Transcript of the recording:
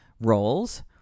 roles